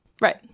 Right